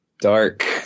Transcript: dark